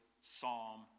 psalm